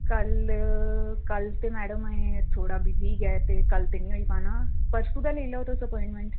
कल कल ते मैडम अहें थोह्ड़ा बिजी गै ते कल ते नेईं होई पाना परसूं दा लेई लैओ तुस अपॉइंटमेंट